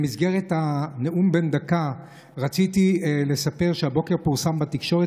במסגרת נאום בן דקה רציתי לספר שהבוקר פורסם בתקשורת